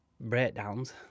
breakdowns